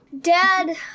Dad